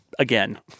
Again